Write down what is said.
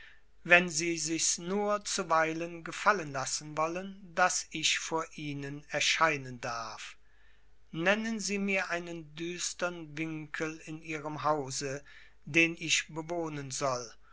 wenn sie sichs nur zuweilen gefallen lassen wollen daß ich vor ihnen erscheinen darf nennen sie mir einen düstern winkel in ihrem hause den ich bewohnen soll